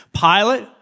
Pilate